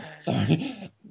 sorry